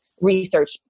research